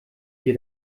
dir